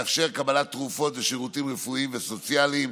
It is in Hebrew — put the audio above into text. לאפשר קבלת תרופות ושירותים רפואיים וסוציאליים